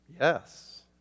yes